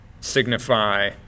signify